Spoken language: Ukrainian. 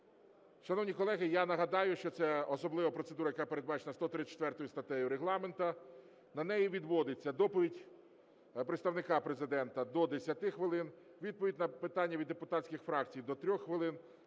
Шановні колеги, я нагадаю, що це особлива процедура, яка передбачена 134 статтею Регламенту, на неї відводиться доповідь Представника Президента – до 10 хвилин, відповідь на питання від депутатських фракцій – до 3 хвилин,